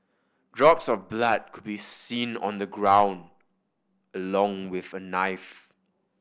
drops of blood could be seen on the ground along with a knife